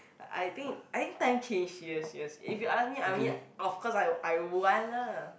I think I think time change serious serious if you ask me I mean of course I I'd want lah